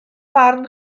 barn